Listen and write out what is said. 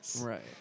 Right